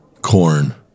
Corn